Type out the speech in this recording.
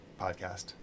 podcast